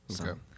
Okay